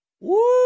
Woo